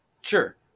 Sure